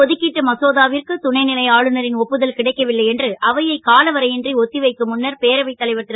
ஒதுக்கிட்டு மசோதாவிற்கு துணை லை ஆளுநரின் ஒப்புதல் கிடைக்கவில்லை என்று அவையை காலவரை ன்றி ஒத் வைக்கும் முன்னர் பேரவைத் தலைவர் ரு